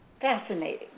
Fascinating